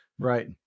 Right